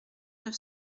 neuf